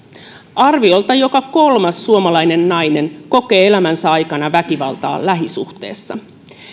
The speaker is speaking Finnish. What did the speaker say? arviolta joka kolmas suomalainen nainen kokee elämänsä aikana väkivaltaa lähisuhteessa